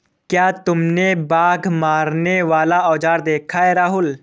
क्या तुमने बाघ मारने वाला औजार देखा है राहुल?